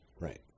Right